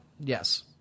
Yes